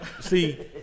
See